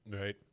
right